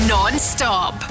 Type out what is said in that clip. Non-stop